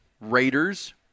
Raiders